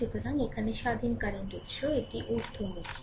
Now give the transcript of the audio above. সুতরাং এখানে স্বাধীন কারেন্ট উৎস এটি ঊর্ধ্বমুখী